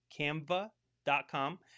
Canva.com